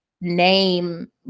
name